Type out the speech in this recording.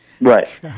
Right